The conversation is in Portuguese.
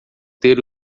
ter